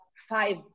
five